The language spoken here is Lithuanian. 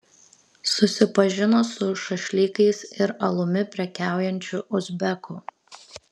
susipažino su šašlykais ir alumi prekiaujančiu uzbeku